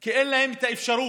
כי אין להם את האפשרות